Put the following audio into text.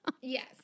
Yes